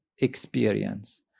Experience